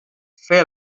fer